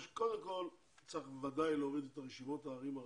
קודם כל צריך בוודאי להוריד את רשימת הערים הערביות,